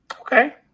Okay